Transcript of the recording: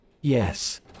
Yes